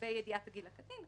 לגבי ידיעת גיל הקטין,